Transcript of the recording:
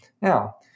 Now